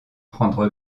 prendre